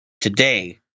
today